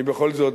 אני בכל זאת,